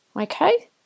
Okay